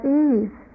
ease